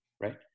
right